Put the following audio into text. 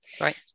right